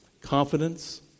Confidence